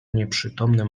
nieprzytomne